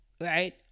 right